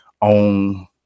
on